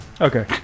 Okay